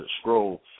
scroll